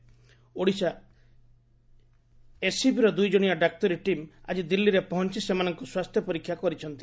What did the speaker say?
ଓଡ଼ିଶା ଏସ୍ସିବିର ଦୁଇଜଣିଆ ଡାକ୍ତରୀ ଟିମ୍ ଆକି ଦିଲ୍ଲୀରେ ପହଞ୍ ସେମାନଙ୍କ ସ୍ୱାସ୍ଥ୍ୟ ପରୀକ୍ଷା କରିଛନ୍ତି